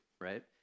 right